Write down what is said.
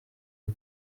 mwe